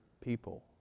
people